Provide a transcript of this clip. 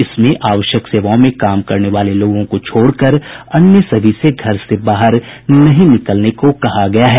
इसमें आवश्यक सेवाओं में काम करने वाले लोगों को छोडकर अन्य सभी से घर से बाहर नहीं निकलने को कहा गया है